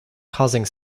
causing